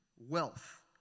wealth